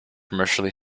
commercially